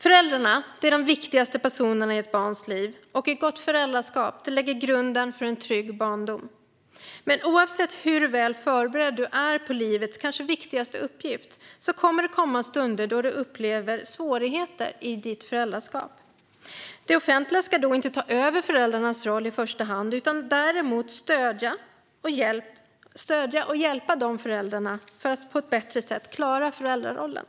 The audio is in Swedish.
Föräldrarna är de viktigaste personerna i ett barns liv, och ett gott föräldraskap lägger grunden för en trygg barndom. Men oavsett hur väl förberedd man är på livets kanske viktigaste uppgift kommer det att komma stunder då man upplever svårigheter i föräldraskapet. Det offentliga ska då inte ta över föräldrarnas roll i första hand utan stödja och hjälpa föräldrarna att på ett bättre sätt klara föräldrarollen.